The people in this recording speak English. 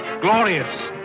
glorious